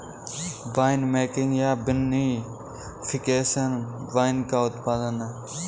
winemaking या vinification wine का उत्पादन है